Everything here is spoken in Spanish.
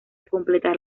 completar